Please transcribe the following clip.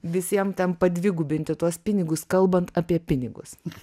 visiem ten padvigubinti tuos pinigus kalbant apie pinigus